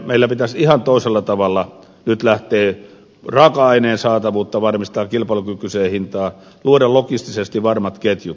meillä pitäisi ihan toisella tavalla nyt lähteä raaka aineen saatavuutta varmistamaan kilpailukykyiseen hintaan luoda logistisesti varmat ketjut